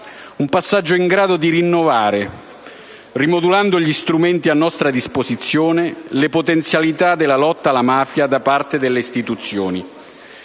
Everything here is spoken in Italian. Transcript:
un passaggio in grado di rinnovare, rimodulando gli strumenti a nostra disposizione, le potenzialità della lotta alla mafia da parte delle istituzioni.